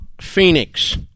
Phoenix